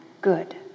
good